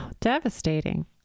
Devastating